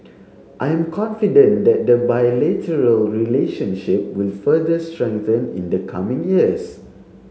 I am confident that the bilateral relationship will further strengthen in the coming years